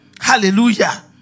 Hallelujah